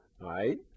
right